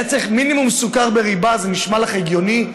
היה צריך מינימום סוכר בריבה, זה נשמע לך הגיוני?